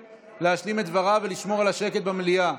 להשלים את דבריו ולשמור על השקט במליאה.